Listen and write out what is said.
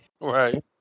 Right